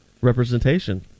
representation